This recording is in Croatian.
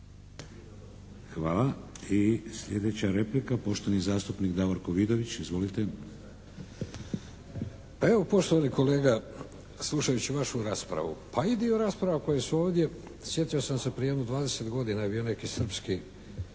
Hvala. I sljedeća replika, poštovani zastupnik Davorko Vidović. Izvolite. **Vidović, Davorko (SDP)** Pa evo poštovani kolega, slušajući vašu raspravu, pa i dio rasprava koje su ovdje, sjetio sam se prije jedno 20 godina bio je jedan srpski